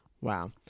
Wow